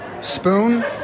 spoon